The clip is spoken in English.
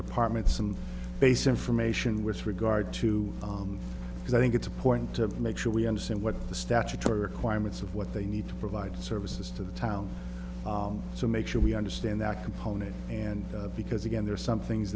department some base information with regard to on because i think it's important to make sure we understand what the statutory requirements of what they need to provide services to the town so make sure we understand that component and because again there are some things